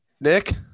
Nick